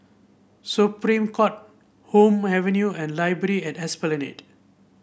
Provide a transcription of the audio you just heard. Supreme Court Hume Avenue and Library at Esplanade